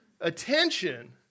attention